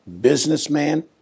businessman